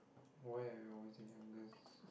why are we always the youngest